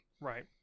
Right